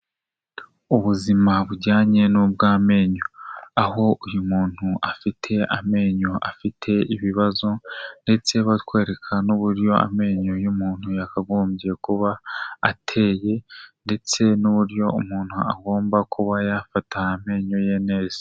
Ubuzima bujyanye n'ubw'amenyo, aho uyu muntu afite amenyo afite ibibazo ndetse bakwereka n'uburyo amenyo y'umuntu yakagombye kuba ateye ndetse n'uburyo umuntu agomba kuba yafata amenyo ye neza.